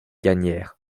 gagnèrent